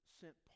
sent